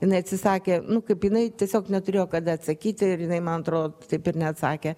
jinai neatsisakė nu kaip jinai tiesiog neturėjo kada atsakyti ir jinai man atrodo taip ir neatsakė